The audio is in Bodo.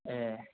ए